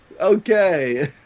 Okay